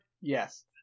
Yes